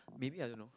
maybe I don't know